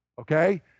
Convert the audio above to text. Okay